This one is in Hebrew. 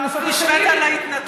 מאחר שהשווית להתנתקות,